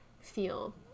feel